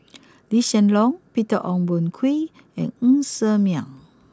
Lee Hsien Loong Peter Ong Boon Kwee and Ng Ser Miang